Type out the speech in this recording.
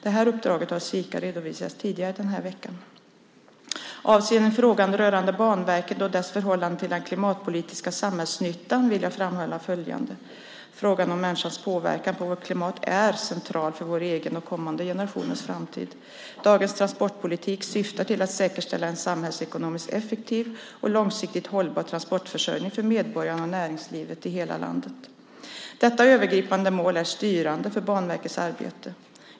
Detta uppdrag har Sika redovisat tidigare denna vecka. Avseende frågan rörande Banverket och dess förhållande till den klimatpolitiska samhällsnyttan vill jag framhålla följande. Frågan om människans påverkan på vårt klimat är central för vår egen och kommande generationers framtid. Dagens transportpolitik syftar till att säkerställa en samhällsekonomiskt effektiv och långsiktigt hållbar transportförsörjning för medborgarna och näringslivet i hela landet. Detta övergripande mål är styrande för Banverkets arbete.